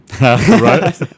Right